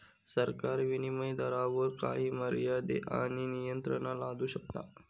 सरकार विनीमय दरावर काही मर्यादे आणि नियंत्रणा लादू शकता